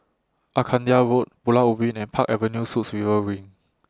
Arcadia Road Pulau Ubin and Park Avenue Suites River Wing